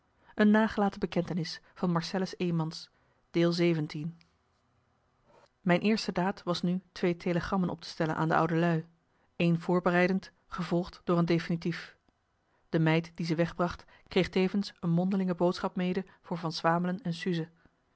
mijn eerste daad was nu twee telegrammen op te stellen aan de oude lui een voorbereidend gevolgd door een definitief de meid die ze wegbracht kreeg tevens een mondelinge boodschap mede voor van swamelen en suze